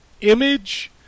image